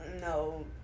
No